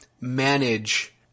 manage